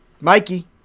Mikey